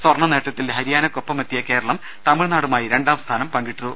സ്വർണ നേട്ടത്തിന്റെ ഹരിയാനക്കൊപ്പമെത്തിയ കേരളം തമിഴ്നാടുമായി രണ്ടാം സ്ഥാനം പങ്കി ട്ടു